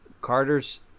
Carter's